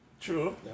True